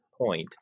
point